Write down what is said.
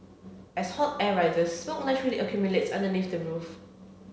as hot air rises smoke naturally accumulates underneath the roof